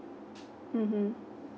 mmhmm